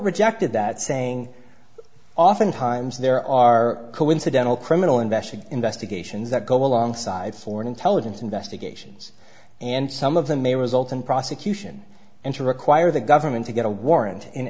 rejected that saying often times there are coincidental criminal investigation best occasions that go alongside foreign intelligence investigations and some of them may result in prosecution and to require the government to get a warrant in